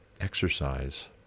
exercise